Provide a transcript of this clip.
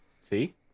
See